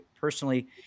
personally